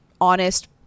honest